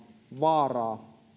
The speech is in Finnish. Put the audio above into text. vaaraa